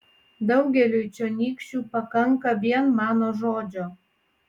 daugeliui čionykščių pakanka vien mano žodžio